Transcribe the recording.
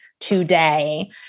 today